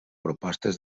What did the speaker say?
propostes